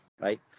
right